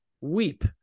weep